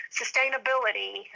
sustainability